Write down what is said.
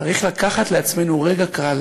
צריך לקחת לעצמנו רגע קל